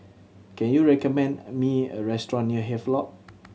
can you recommend me a restaurant near Havelock